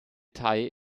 thai